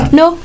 no